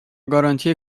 گارانتی